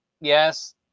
yes